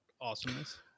awesomeness